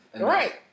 Right